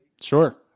Sure